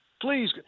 Please